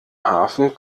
hafen